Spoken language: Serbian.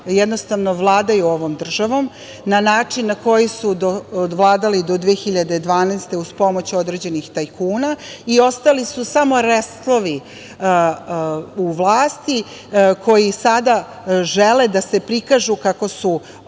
jednostavno, vladaju ovom državom na način na koji su vladali do 2012. godine uz pomoć određenih tajkuna i ostali su samo restlovi u vlasti koji sada žele da se prikažu kako su